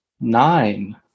Nine